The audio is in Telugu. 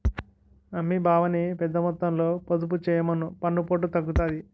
అమ్మీ బావని పెద్దమొత్తంలో పొదుపు చెయ్యమను పన్నుపోటు తగ్గుతాది